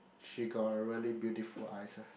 she got a really beautiful eyes ah